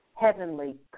heavenly